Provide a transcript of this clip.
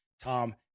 Tom